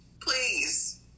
Please